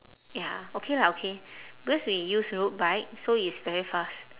ya okay lah okay because we use road bike so it's very fast